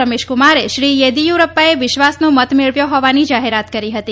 રમેશકુમારે શ્રી યેદીયુરપ્પાએ વિશ્વાસનો મત મેળવ્યો હોવાની જાહેરાત કરી હતી